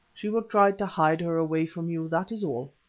she will try to hide her away from you, that is all.